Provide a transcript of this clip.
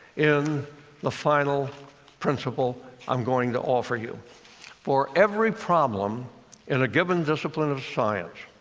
in the final principle i'm going to offer you for every problem in a given discipline of science,